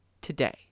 today